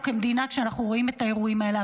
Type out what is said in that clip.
כמדינה כשאנחנו רואים את האירועים האלה.